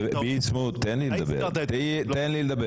אתה הזכרת את --- ביסמוט, תן לי לדבר.